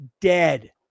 dead